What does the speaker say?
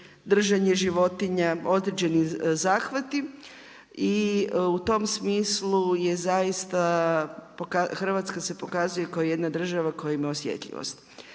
držanje životinja, određeni zahvati. I u tom smislu zaista Hrvatska se pokazuje kao jedna država koja ima osjetljivost.